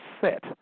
set